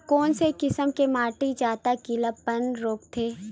कोन से किसम के माटी ज्यादा गीलापन रोकथे?